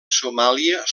somàlia